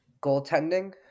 goaltending